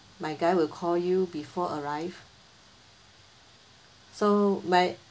my guy will call you before arrive so my